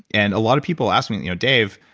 and a lot of people ask me you know dave,